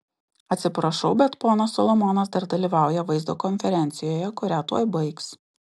atsiprašau bet ponas solomonas dar dalyvauja vaizdo konferencijoje kurią tuoj baigs